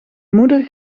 moeder